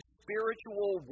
spiritual